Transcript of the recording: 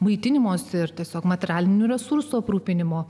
maitinimosi ir tiesiog materialinių resursų aprūpinimo